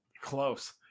Close